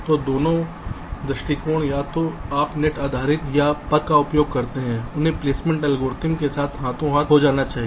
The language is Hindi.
तो दोनों दृष्टिकोण या तो आप नेट आधारित या पथ का उपयोग करते हैं उन्हें प्लेसमेंट एल्गोरिथम के साथ हाथो हाथ से जाना होगा